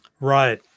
Right